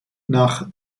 nach